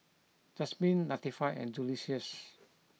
Jasmyn Latifah and Julious